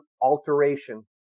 alteration